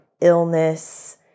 illness